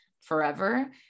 forever